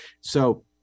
So-